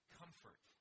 comfort